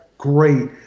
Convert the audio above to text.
great